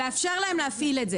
לאפשר להם להפעיל את זה.